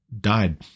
died